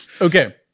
okay